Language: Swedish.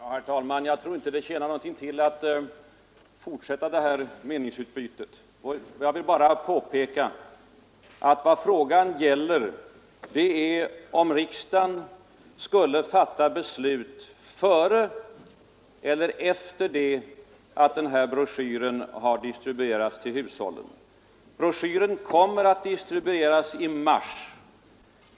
Herr talman! Jag tror inte att det tjänar något till att fortsätta detta meningsutbyte. Jag vill bara påpeka att vad frågan gäller är om riksdagen skall fatta beslut före eller efter det att informationsbroschyren har distribuerats till hushållen. Broschyren kommer att distribueras i mars.